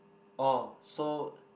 orh so